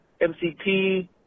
MCT